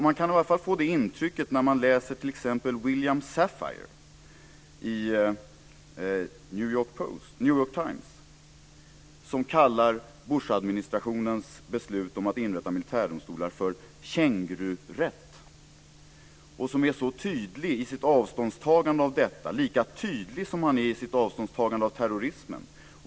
Man kan i alla fall få det intrycket när man läser t.ex. William Safire i New York Times, som kallar Bushadministrationens beslut om att inrätta militärdomstolar kängururätt. Han är så tydlig i sitt avståndstagande från detta - lika tydlig som han är i sitt avståndstagande från terrorismen.